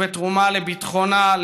ובתרומה לביטחונה,